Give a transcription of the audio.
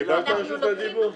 קיבלת רשות הדיבור?